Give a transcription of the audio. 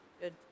good